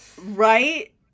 Right